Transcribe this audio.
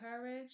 courage